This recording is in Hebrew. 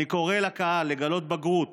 אני קורא לקהל לגלות בגרות